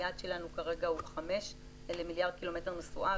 היעד שלנו כרגע הוא 5 למיליארד ק"מ נסועה,